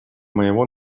моего